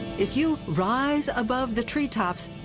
if you rise above the treetops,